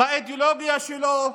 באידיאולוגיה שלו,